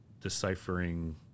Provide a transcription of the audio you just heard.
deciphering